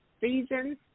season